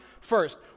First